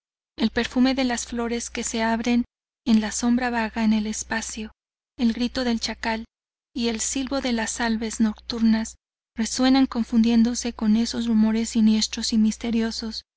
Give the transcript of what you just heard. el perfume de las flores que se abren en la sombra vaga en el espacio el grito del chakal y el silbo de las aves nocturnas resuenan confundiéndose con esos rumores siniestros y misteriosos